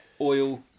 oil